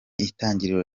intangiriro